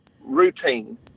routine